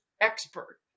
expert